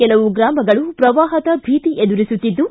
ಕೆಲವು ಗ್ರಾಮಗಳು ಶ್ರವಾಹದ ಭೀತಿ ಎದುರಿಸುತ್ತಿದ್ದು